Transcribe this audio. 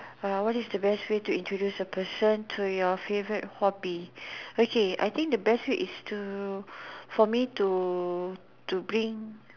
uh what is the best way to introduce a person to your favourite hobby okay I think the best way is to for me to to bring